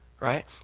right